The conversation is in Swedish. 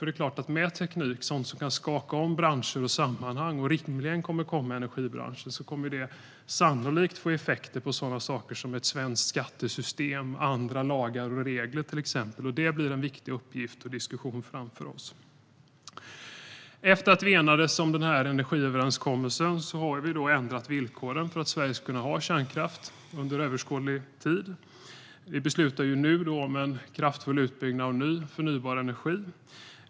Teknik och sådant som kan skaka om branscher och sammanhang och som rimligen kommer i energibranschen kommer sannolikt att få effekter på till exempel ett svenskt skattesystem och andra lagar och regler. Det blir en viktig uppgift och diskussion som vi har framför oss. Efter att vi enades om energiöverenskommelsen har vi ändrat villkoren för att Sverige ska kunna ha kärnkraft under en överskådlig tid. Vi beslutar nu om en kraftfull utbyggnad av ny förnybar energi.